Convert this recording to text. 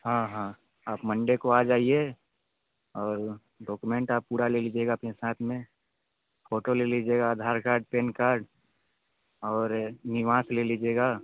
हाँ हाँ आप मंडे को आ जाइए और डॉक्यूमेंट आप पूरा ले लीजिएगा अपने साथ में फोटो ले लीजिएगा आधार कार्ड पैन कार्ड और निवास ले लीजिएगा